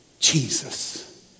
Jesus